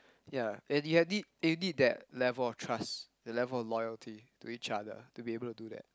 ya and you have need you need that level of trust that level of loyalty to each other to be able to do that